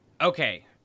okay